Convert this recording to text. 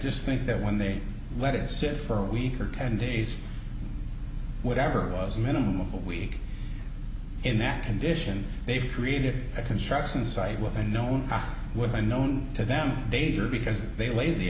just think that when they let it sit for a week or ten days whatever it was a minimum of a week in that condition they've created a construction site with unknown with unknown to them days or because they la